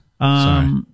Sorry